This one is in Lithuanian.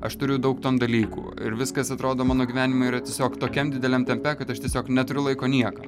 aš turiu daug dalykų ir viskas atrodo mano gyvenime yra tiesiog tokiam dideliam tempe kad aš tiesiog neturiu laiko niekam